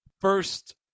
first